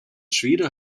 schwede